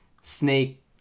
snake